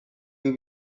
will